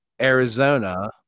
Arizona